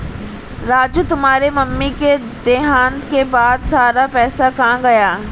राजू तुम्हारे मम्मी के देहांत के बाद सारा पैसा कहां गया?